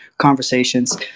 conversations